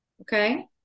Okay